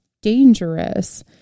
dangerous